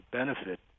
benefit